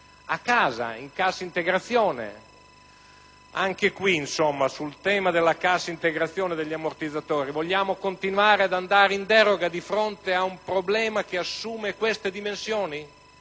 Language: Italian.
a casa in cassa integrazione). Insomma, sul tema della cassa integrazione e degli ammortizzatori, vogliamo continuare ad andare in deroga di fronte a un problema che assume queste dimensioni?